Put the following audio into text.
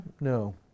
No